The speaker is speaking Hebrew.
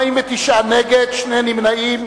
49 נגד, שני נמנעים.